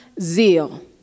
zeal